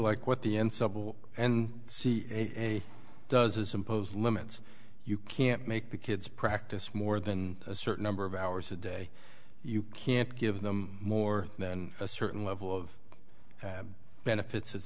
like what the end sub and see does is impose limits you can't make the kids practice more than a certain number of hours a day you can't give them more than a certain level of benefits at